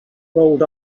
rolled